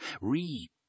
Read